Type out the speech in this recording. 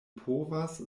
povas